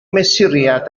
mesuriad